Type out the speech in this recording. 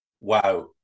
Wow